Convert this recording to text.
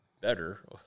better